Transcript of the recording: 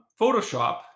Photoshop